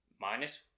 minus